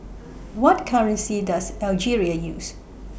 What currency Does Algeria use